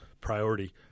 priority